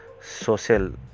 social